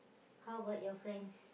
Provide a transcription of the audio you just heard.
how about your friends